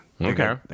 okay